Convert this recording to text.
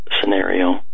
scenario